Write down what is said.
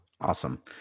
Awesome